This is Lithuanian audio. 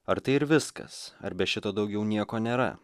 ar tai ir viskas ar be šito daugiau nieko nėra